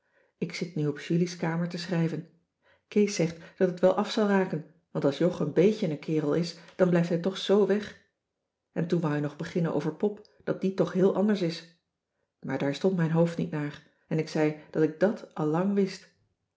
ik zit nu op julie's kamer te schrijven kees zegt dat het wel af zal raken want als jog een beetje n kerel is dan blijft hij toch zo weg en toen wou hij nog beginnen over pop dat die toch heel anders is maar daar stond mijn hoofd niet naar en ik zei dat ik dàt al lang wist